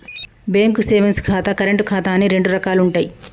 bank savings ఖాతా, current ఖాతా అని రెండు రకాలుంటయ్యి